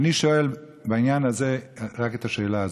ואני שואל בעניין הזה רק את השאלה הזאת: